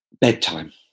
Bedtime